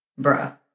Bruh